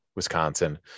Wisconsin